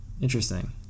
Interesting